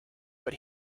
but